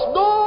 no